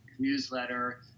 newsletter